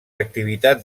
activitats